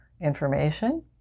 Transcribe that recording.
information